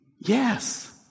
Yes